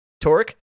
Torque